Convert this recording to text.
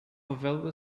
available